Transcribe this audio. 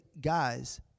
guys